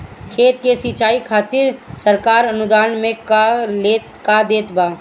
खेत के सिचाई खातिर सरकार अनुदान में का देत बा?